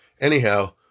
Anyhow